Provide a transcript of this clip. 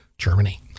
Germany